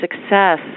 success